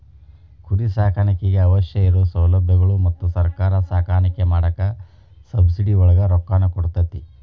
ಕುರಿ ಸಾಕಾಣಿಕೆಗೆ ಅವಶ್ಯ ಇರು ಸೌಲಬ್ಯಗಳು ಮತ್ತ ಸರ್ಕಾರಾ ಸಾಕಾಣಿಕೆ ಮಾಡಾಕ ಸಬ್ಸಿಡಿ ಒಳಗ ರೊಕ್ಕಾನು ಕೊಡತತಿ